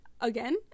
Again